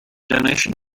donation